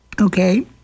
Okay